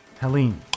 Helene